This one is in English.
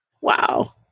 Wow